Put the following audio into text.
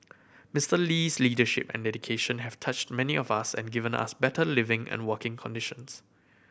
Mister Lee's leadership and dedication have touched many of us and given us better living and working conditions